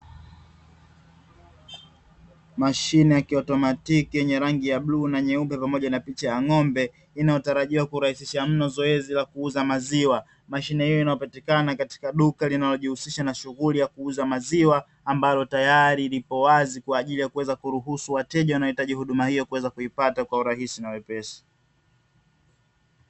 Mashine ya kiautomatiki yenye rangi ya bluu na nyeupe pamoja na picha ya ng'ombe, inayotarajiwa kurahisisha mno zoezi la kuuza maziwa. Mashine hiyo inapatikana katika duka linalojihusisha na shughuli ya kuuza maziwa, ambalo tayari lipo wazi kwa ajili ya kuweza kuruhusu wateja wanaohitaji huduma hiyo kuweza kuipata kwa urahisi na wepesi.